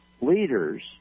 leaders